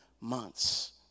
months